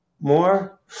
more